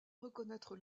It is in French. reconnaitre